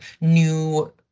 new